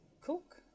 cook